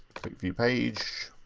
click view page.